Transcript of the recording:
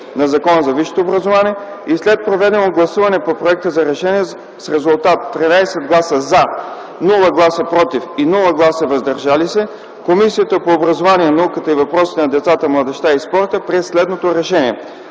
на Закона за висшето образование и след проведено гласуване по проекта за решение с резултат: 13 гласа „за”, без „против” и „въздържали се”, Комисията по образованието, науката и въпросите на децата, младежта и спорта прие следното решение: